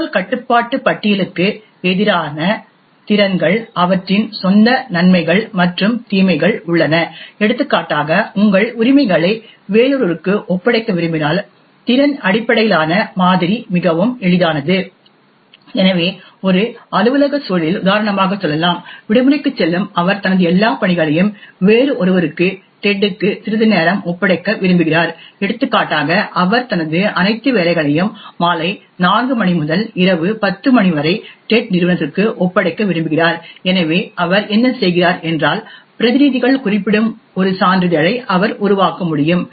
அணுகல் கட்டுப்பாட்டு பட்டியலுக்கு எதிரான திறன்கள் அவற்றின் சொந்த நன்மைகள் மற்றும் தீமைகள் உள்ளன எடுத்துக்காட்டாக உங்கள் உரிமைகளை வேறொருவருக்கு ஒப்படைக்க விரும்பினால் திறன் அடிப்படையிலான மாதிரி மிகவும் எளிதானது எனவே ஒரு அலுவலக சூழலில் உதாரணமாகச் சொல்லலாம் விடுமுறைக்குச் செல்லும் அவர் தனது எல்லா பணிகளையும் வேறொருவருக்கு டெட் க்கு சிறிது நேரம் ஒப்படைக்க விரும்புகிறார் எடுத்துக்காட்டாக அவர் தனது அனைத்து வேலைகளையும் மாலை 4 மணி முதல் இரவு 10 மணி வரை டெட் நிறுவனத்திற்கு ஒப்படைக்க விரும்புகிறார் எனவே அவர் என்ன செய்கிறார் என்றால் பிரதிநிதிகள் குறிப்பிடும் ஒரு சான்றிதழை அவர் உருவாக்க முடியும்